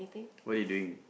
what are you doing